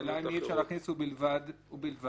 לא.